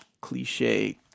cliche